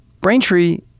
Braintree